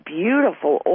beautiful